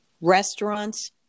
restaurants